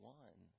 one